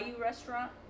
restaurant